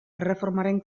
erreformaren